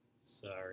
sorry